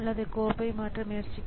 இப்போது டேட்டாவை எப்படி பெறுவது